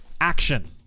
action